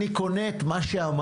אני קונה את מה שאמרת,